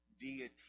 deity